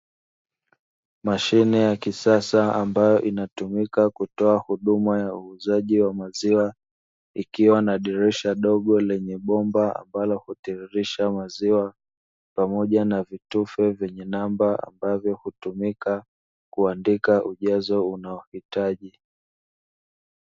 Mashine ya kisasa ambayo inatumika kutoa huduma ya uuzaji wa maziwa ikiwa na dirisha dogo lenye bomba ambalo hutiririsha maziwa, pamoja na vitufe vyenye namba ambavyo hutumika kuandika ujazo unaohitaji.